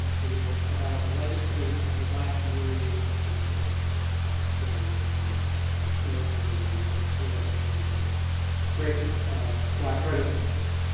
um is about the legacy of the black community of pittsburgh during this period. it's called smoketown the untold story of the other great black renaissance.